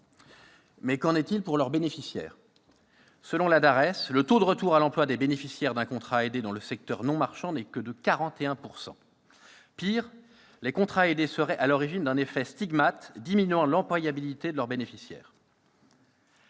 des études et des statistiques, la DARES, le taux de retour à l'emploi des bénéficiaires d'un contrat aidé dans le secteur non marchand n'est que de 41 %. Pis, les contrats aidés seraient à l'origine d'un « effet stigmate », diminuant l'employabilité de leurs bénéficiaires.